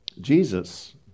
Jesus